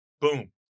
Boom